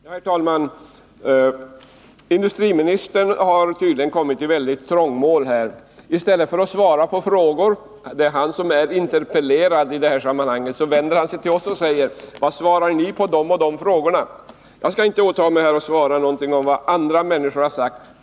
Herr talman! Industriministern har tydligen kommit i ett väldigt trångmål här. I stället för att svara på frågor — det är han som har interpellerats i det här sammanhanget — vänder han sig till oss och säger: Vad svarar ni på de och de frågorna? Jag skall inte åta mig att svara på frågan vad andra människor har sagt.